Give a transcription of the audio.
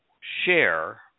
share